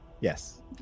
Yes